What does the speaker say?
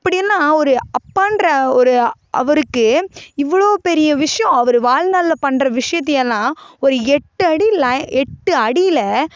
இப்படியெல்லாம் அ ஒரு அப்பான்ற ஒரு அவருக்கு இவ்வளோ பெரிய விஷயம் அவர் வாழ்நாள்ல பண்ணுற விஷயத்தையெல்லாம் ஒரு எட்டு அடி லைன் எட்டு அடியில